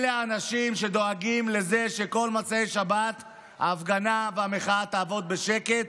אלה האנשים שדואגים לזה שבכל מוצאי שבת ההפגנה והמחאה תעבוד בשקט,